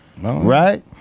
Right